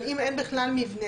אבל אם אין בכלל מבנה.